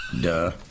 Duh